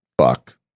Fuck